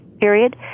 period